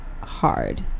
hard